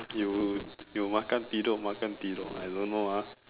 you you makan tidur makan tidur I don't know ah